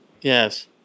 Yes